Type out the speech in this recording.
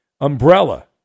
umbrella